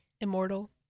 Immortal